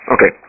Okay